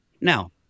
Now